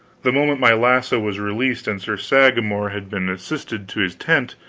the moment my lasso was released and sir sagramor had been assisted to his tent,